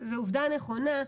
שזו עובדה נכונה,